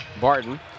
Barton